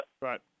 Right